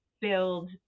build